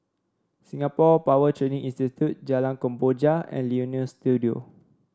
Singapore Power Training Institute Jalan Kemboja and Leonie Studio